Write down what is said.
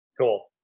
Cool